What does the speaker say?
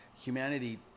humanity